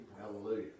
Hallelujah